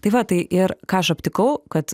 tai va tai ir ką aš aptikau kad